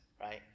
right